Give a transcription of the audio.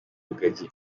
rugagi